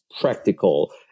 practical